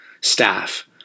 staff